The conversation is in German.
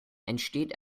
entsteht